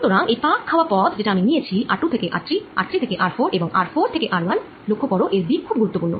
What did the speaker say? সুতরাং এই পাক খাওয়া পথ যেটা আমি নিয়েছি r2 থেকে r3 r3 থেকে r4 এবং r4 থেকে r1 লক্ষ্য কর এর দিক খুব গুরুত্বপূর্ণ